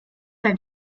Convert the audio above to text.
dein